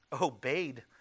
obeyed